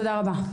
תודה רבה.